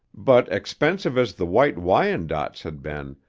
but expensive as the white wyandottes had been,